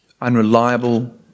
unreliable